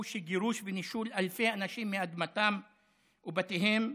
שגירוש ונישול אלפי אנשים מאדמתם ובתיהם,